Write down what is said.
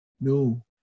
No